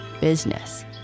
business